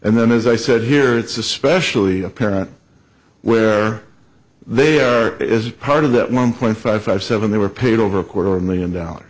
and then as i said here it's especially apparent where they are as part of that one point five five seven they were paid over a quarter million dollars